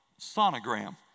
sonogram